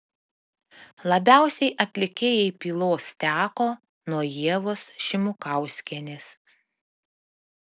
labiausiai atlikėjai pylos teko nuo ievos šimukauskienės